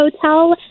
Hotel